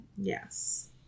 Yes